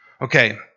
Okay